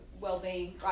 well-being